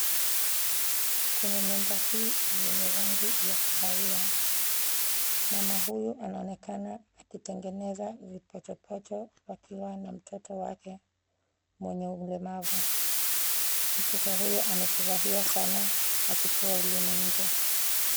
Kwenye nyumba hii yenye rangi ya kahawia, mama huyu anaonekana akitengeneza vipochopocho wakiwa na mtoto wake mwenye ulemavu. Mtoto huyu amefurahia sana akitoa ulimi nje.